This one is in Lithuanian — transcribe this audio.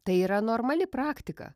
tai yra normali praktika